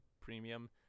Premium